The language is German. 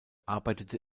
arbeitete